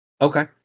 Okay